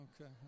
okay